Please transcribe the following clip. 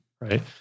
Right